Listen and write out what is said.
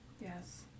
Yes